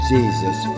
Jesus